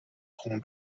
خون